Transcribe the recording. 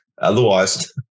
Otherwise